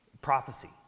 prophecy